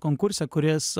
konkurse kuris